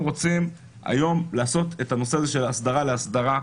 אנחנו רוצים היום לעשות את הנושא הזה של הסדרה על האסדרה,